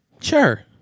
sure